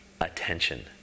attention